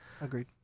Agreed